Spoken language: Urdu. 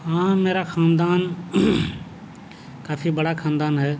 ہاں میرا خاندان کافی بڑا خاندان ہے